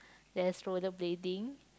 there's rollerblading